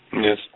Yes